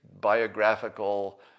biographical